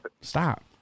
Stop